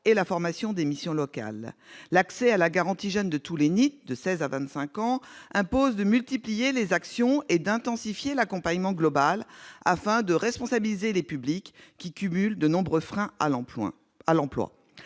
et la formation des missions locales. En effet, l'accès à la garantie jeunes de tous les jeunes NEET- -de seize à vingt-cinq ans impose de multiplier les actions et d'intensifier l'accompagnement global, afin de responsabiliser les publics qui cumulent de nombreux freins à l'emploi.